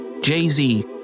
Jay-Z